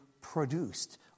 produced